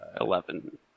Eleven